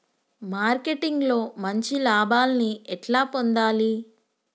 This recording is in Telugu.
మార్కెటింగ్ లో మంచి లాభాల్ని ఎట్లా పొందాలి?